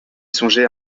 songer